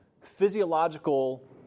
physiological